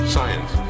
Science